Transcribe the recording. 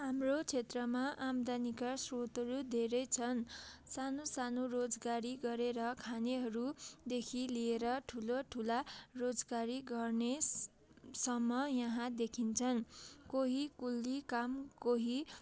हाम्रो क्षेत्रमा आम्दानीका स्रोतहरू धेरै छन् सानो सानो रोजगारी गरेर खानेहरूदेखि लिएर ठुला ठुला रोजगारी गर्ने स सम्म यहाँ देखिन्छन् कोही कुल्ली काम कोही